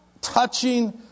touching